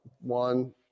One